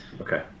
Okay